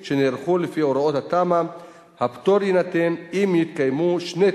אנחנו מבינים שאם זה לא כלכלי אף אחד לא